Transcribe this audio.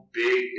big